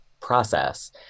process